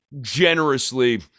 generously